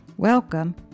Welcome